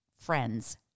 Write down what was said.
friends